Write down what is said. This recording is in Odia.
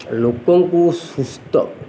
ଲୋକଙ୍କୁ ସୁସ୍ଥ